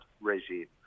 regime